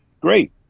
great